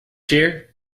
here